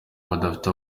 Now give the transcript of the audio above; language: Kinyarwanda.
badafite